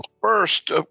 First